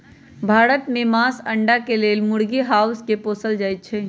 भारत में मास, अण्डा के लेल मुर्गी, हास के पोसल जाइ छइ